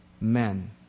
men